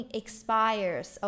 expires